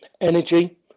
energy